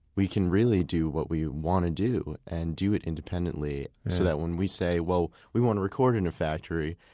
we can really do what we want do and do it independently. so that when we say, well, we want to record in a factory.